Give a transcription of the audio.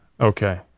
okay